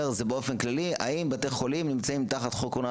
זה באופן כללי: האם בתי חולים נמצאים תחת חוק הונאה